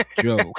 joke